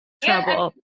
trouble